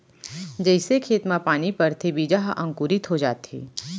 जइसे खेत म पानी परथे बीजा ह अंकुरित हो जाथे